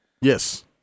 Yes